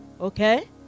okay